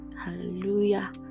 hallelujah